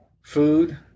food